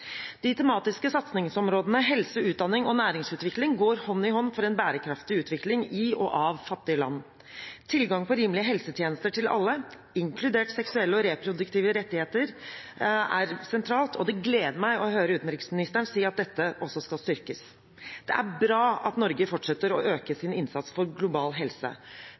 De tematiske satsingsområdene helse, utdanning og næringsutvikling går hånd i hånd for en bærekraftig utvikling i og av fattige land. Tilgang på rimelige helsetjenester til alle, inkludert seksuelle og reproduktive rettigheter, er sentralt, og det gleder meg å høre utenriksministeren si at dette også skal styrkes. Det er bra at Norge fortsetter å øke sin innsats for global helse.